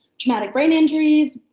traumatic brain injuries,